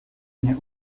nie